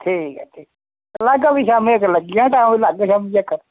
ठीक ऐ ठीक लागा फ्ही शामीं तगर चक्कर लाह्गे शामीं चक्कर